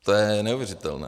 To je neuvěřitelné.